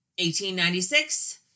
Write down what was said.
1896